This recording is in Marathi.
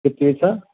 कितीचा